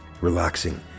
relaxing